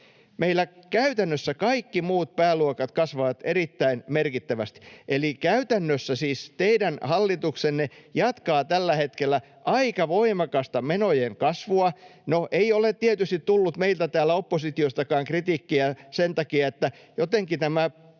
Meillä käytännössä kaikki muut pääluokat kasvavat erittäin merkittävästi, eli käytännössä siis teidän hallituksenne jatkaa tällä hetkellä aika voimakasta menojen kasvua. No, ei ole tietysti tullut meiltä täältä oppositiostakaan kritiikkiä sen takia. Jotenkin tämä